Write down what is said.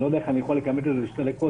אני לא יודע איך לתמצת את זה לשתי דקות,